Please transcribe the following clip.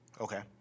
Okay